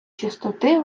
чистоти